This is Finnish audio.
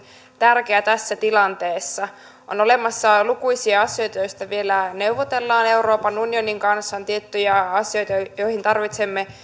tärkeä tässä tilanteessa on olemassa lukuisia asioita joista vielä neuvotellaan euroopan unionin kanssa on tiettyjä asioita joihin tarvitsemme